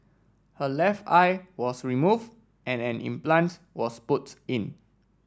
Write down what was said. her left eye was removed and an implants was put in